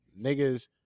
niggas